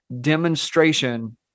demonstration